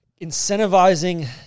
incentivizing